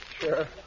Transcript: Sure